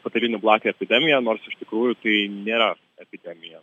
patalinių blakių epidemiją nors iš tikrųjų tai nėra epidemija